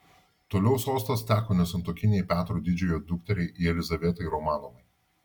toliau sostas teko nesantuokinei petro didžiojo dukteriai jelizavetai romanovai